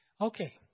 Okay